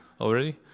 already